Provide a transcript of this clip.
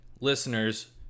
listeners